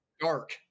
dark